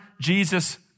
Jesus